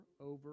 over